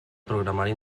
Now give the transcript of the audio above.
programari